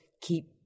keep